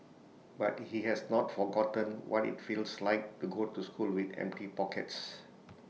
but he has not forgotten what IT feels like to go to school with empty pockets